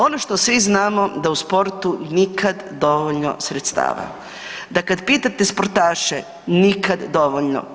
Ono što svi znamo, da u sportu nikad dovoljno sredstava. da kad pitate sportaše, nikad dovoljno.